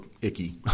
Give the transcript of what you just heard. icky